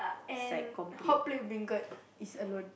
and hotplate beancurd is alone